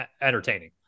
entertaining